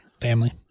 Family